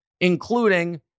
including